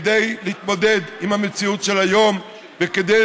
כדי להתמודד עם המציאות של היום וכדי